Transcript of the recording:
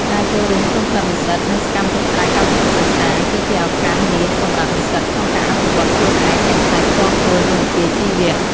ការចូលរួមក្នុងក្លឹបនិស្សិត និងសកម្មភាពក្រៅកម្មវិធីសិក្សា គឺជាឱកាសមាសសម្រាប់និស្សិតក្នុងការអភិវឌ្ឍន៍ខ្លួនឯងទាំងផ្នែកផ្ទាល់ខ្លួន និងវិជ្ជាជីវៈ។